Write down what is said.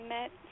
met